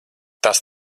tas